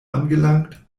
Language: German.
angelangt